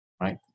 Right